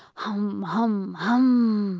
hum, hum, hum